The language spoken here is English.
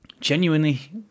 genuinely